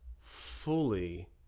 fully